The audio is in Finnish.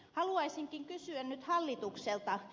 haluaisinkin kysyä nyt hallitukselta